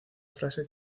frase